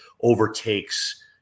overtakes